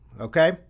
Okay